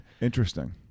Interesting